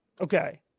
Okay